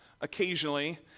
occasionally